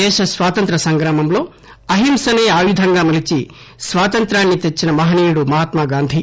దేశ స్వాతంత్ర్య సంగ్రామంలో అహింసనే ఆయుధంగా మలిచి స్వాతంత్ర్యాన్ని తెచ్చిన మహనీయుడు మహాత్మాగాంధీ